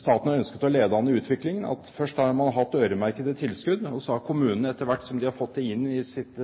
staten har ønsket å lede an i utviklingen, først har man hatt øremerkede tilskudd, og så har kommunene, etter hvert som de har fått det inn i sitt